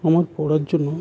আমার পড়ার জন্য